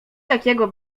takiego